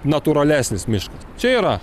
natūralesnis miškas čia yra